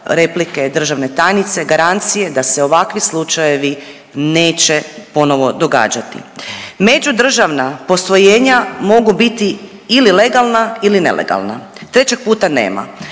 replike državne tajnice garancije da se ovakvi slučajevi neće ponovo događati. Međudržavna posvojenja mogu biti ili legalna ili nelegalna, trećeg puta nema.